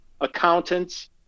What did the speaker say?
accountants